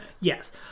Yes